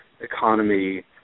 economy